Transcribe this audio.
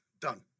done